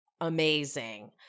amazing